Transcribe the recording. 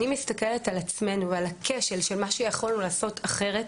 אני מסתכלת על עצמנו ועל הכשל של מה שיכולנו לעשות אחרת,